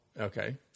okay